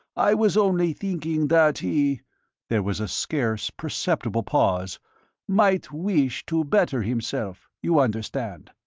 i was only thinking that he there was a scarcely perceptible pause might wish to better himself. you understand?